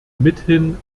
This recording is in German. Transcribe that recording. mithin